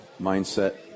mindset